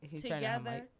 together